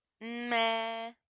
meh